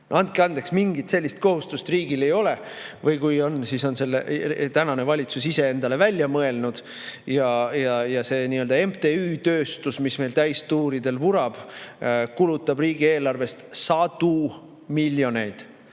andke andeks, mingit sellist kohustust riigil ei ole. Või kui on, siis on selle tänane valitsus ise endale välja mõelnud. Ja see nii-öelda MTÜ-tööstus, mis meil täistuuridel vurab, kulutab riigieelarvest sadu miljoneid.